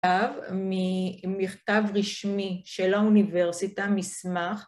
‫מכתב רשמי של האוניברסיטה, מסמך.